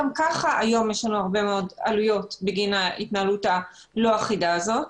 גם כך יש לנו הרבה מאוד עלויות בגין ההתנהלות הלא אחידה הזאת.